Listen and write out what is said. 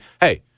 hey